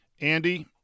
Andy